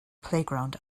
playground